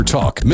Talk